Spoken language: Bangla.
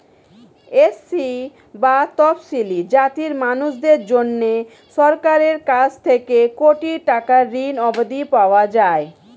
এস.সি বা তফশিলী জাতির মানুষদের জন্যে সরকারের কাছ থেকে কোটি টাকার ঋণ অবধি পাওয়া যায়